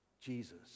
Jesus